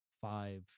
five